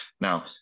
Now